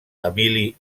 emili